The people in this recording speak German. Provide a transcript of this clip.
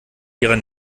ihrer